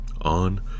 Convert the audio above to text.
on